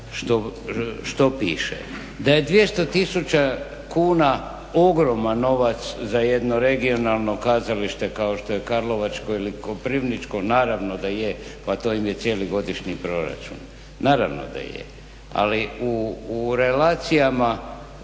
što piše. Da je 200 tisuća kuna ogroman novac za jedno regionalno kazalište kao što je karlovačko ili koprivničko, naravno da je, pa to im je cijeli godišnji proračun, naravno da je, ali u relaciji